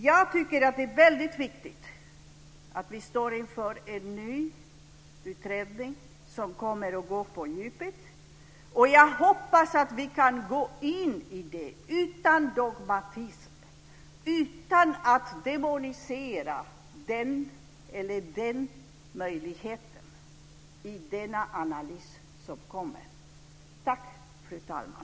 Jag tycker att det är väldigt viktigt att vi står inför en ny utredning som kommer att gå på djupet, och jag hoppas att vi kan gå in i detta utan dogmatism och utan att demonisera den ena eller den andra möjligheten i den analys som kommer. Tack, fru talman!